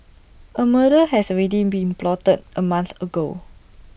A murder has already been plotted A month ago